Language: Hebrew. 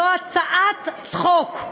זו הצעת צחוק.